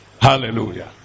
Hallelujah